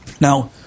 Now